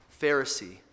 Pharisee